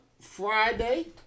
Friday